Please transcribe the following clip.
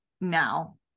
now